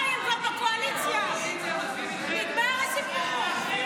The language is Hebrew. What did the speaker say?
די, הם כבר בקואליציה, נגמר הסיפור.